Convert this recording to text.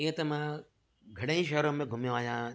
ईअं त मां घणेई शहर में घुमयो आहियां